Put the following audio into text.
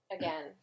again